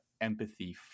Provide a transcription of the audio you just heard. empathy